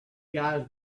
guys